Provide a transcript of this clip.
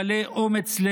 גלה אומץ,